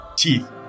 Teeth